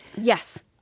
Yes